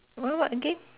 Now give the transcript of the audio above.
what what again